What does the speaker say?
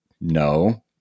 No